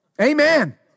Amen